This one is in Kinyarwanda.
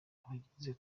abagize